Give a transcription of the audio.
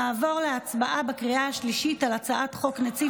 נעבור להצבעה בקריאה השלישית על הצעת חוק נציב